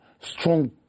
strong